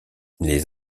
les